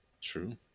True